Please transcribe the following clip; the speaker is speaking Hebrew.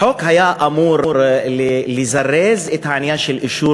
החוק היה אמור לזרז את העניין של אישור